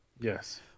Yes